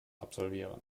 absolvieren